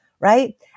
right